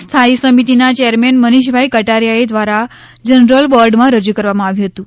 સ્થાયી સમિતિના ચેરમેન મનીષભાઈ કટારીયા દ્વારા જનરલબોર્ડમાં રજૂ કરવામાં આવ્યું હતું